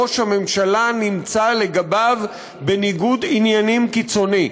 ראש הממשלה נמצא לגביו בניגוד עניינים קיצוני.